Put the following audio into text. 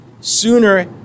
sooner